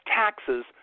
taxes